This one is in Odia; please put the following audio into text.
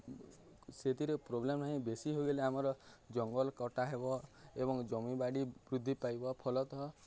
ସେଥିରେ ପ୍ରୋବ୍ଲେମ ନାହିଁ ବେଶୀ ହୋଇଗଲେ ଆମର ଜଙ୍ଗଲ କଟା ହେବ ଏବଂ ଜମିବାଡ଼ି ବୃଦ୍ଧି ପାଇବ ଫଲତଃ